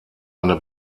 eine